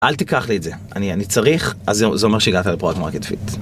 אל תיקח לי את זה.אני.. אני צריך, אז זה אומר שהגעת לפרו עד מרקטפיט.